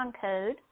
code